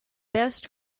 best